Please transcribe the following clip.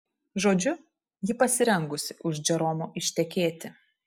žodžiu ji pasirengusi už džeromo ištekėti